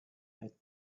had